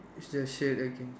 is there a shirt okay